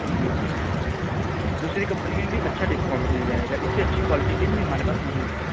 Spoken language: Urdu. جی دوسری کمپنی میں بھی اچھا ڈسکاؤنٹ مل جائے گا اس سے اچھی کوالٹی کی بھی ہمارے پاس موجود ہیں